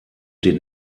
den